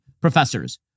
professors